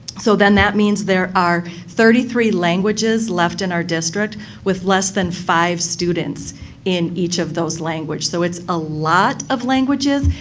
so, then that means are are thirty three languages left in our district with less than five students in each of those languages. so, it's a lot of languages,